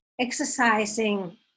exercising